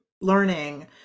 learning